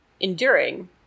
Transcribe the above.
enduring